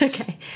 Okay